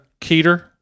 keter